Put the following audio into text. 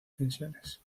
tensiones